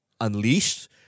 Unleashed